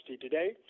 today